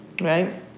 Right